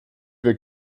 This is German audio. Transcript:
wir